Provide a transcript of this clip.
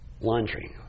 laundry